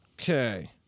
Okay